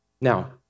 Now